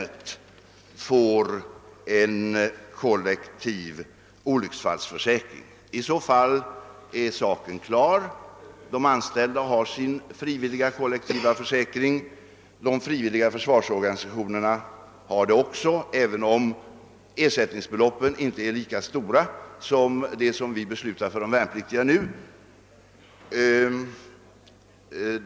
Det går inte att nu bestämma detta, eftersom det rör en anslagsfråga. I så fall är saken klar. De anställda har sin frivilliga kollektivförsäkring. De frivilliga försvarsorganisationerna har det också, även om ersättningsbeloppen inte är lika stora som de vi nu beslutar om för de värnpliktiga.